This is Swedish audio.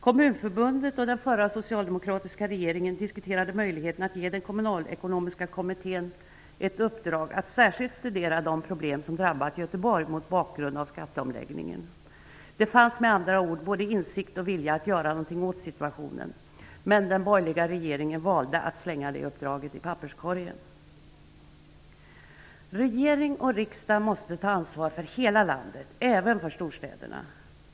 Kommunförbundet och den förra socialdemokratiska regeringen diskuterade möjligheten att ge den kommunalekonomiska kommittén i uppdrag att särskilt studera de problem som drabbat Göteborg mot bakgrund av skatteomläggningen. Det fanns med andra ord både insikt och vilja att göra något åt situationen. Den borgerliga regeringen valde dock att slänga det uppdraget i papperskorgen. Regering och riksdag måste ta ansvar för hela landet, även för storstäderna.